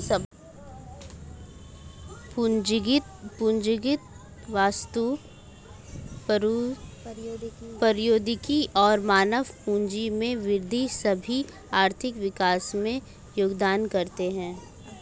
पूंजीगत वस्तु, प्रौद्योगिकी और मानव पूंजी में वृद्धि सभी आर्थिक विकास में योगदान करते है